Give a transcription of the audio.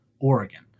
oregon